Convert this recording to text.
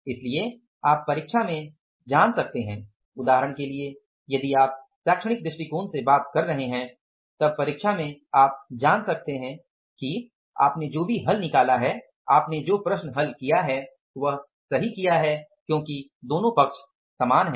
इसलिए आप परीक्षा में जान सकते हैं उदाहरण के लिए यदि आप शैक्षणिक दृष्टिकोण से बात कर रहे हैं तब परीक्षा में आप जान सकते हैं कि आपने जो भी हल निकाला है आपने जो प्रश्न हल किया है वह सही किया है क्योंकि दोनों पक्ष समान हैं